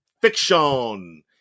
Fiction